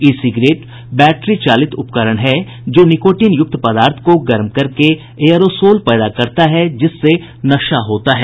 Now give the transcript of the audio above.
ई cigarette battery चालित उपकरण है जो निकोटीन युक्त पदार्थ को गर्म करके एयरोसोल पैदा करता है जिससे नशा होता है